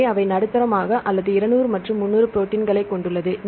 எனவேஅவை நடுத்தரமாக அல்லது 200 மற்றும் 300 ப்ரோடீன்களை கொண்டுள்ளது